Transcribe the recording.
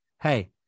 Hey